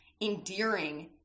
endearing